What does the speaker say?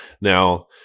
Now